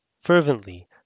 fervently